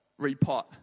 repot